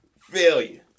Failure